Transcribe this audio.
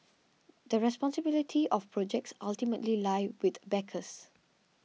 the responsibility of projects ultimately lie with backers